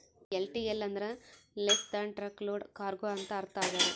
LTL ಅಂದ್ರ less than truck load cargo ಅಂತ ಅರ್ಥ ಆಗ್ಯದ